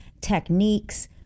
techniques